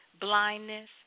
Blindness